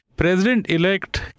President-elect